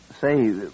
say